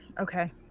Okay